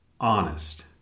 honest